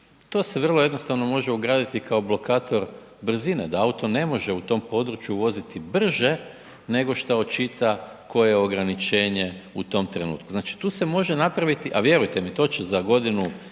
to se vrlo jednostavno može ugraditi kao blokator brzine da auto ne može u tom području voziti brže nego šta očita koje je ograničenje u tom trenutku. Znači, tu se može napraviti, a vjerujte mi to će za godinu